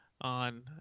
on